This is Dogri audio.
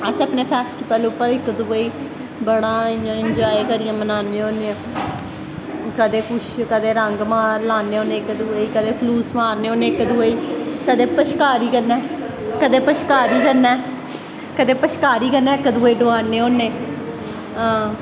अस अपने फैस्टिवल उप्पर इक दुए बड़ा इयां इंजाए करियै बनान्ने होन्ने कदैं कुछ कदैं रंग लान्न्ने होने इक दुए कदैं फलूस मारने होन्ने इक दुए कदैं पशकारी कन्नै कदैं पशकारी कन्नै इक दुए डोआने होन्ने आं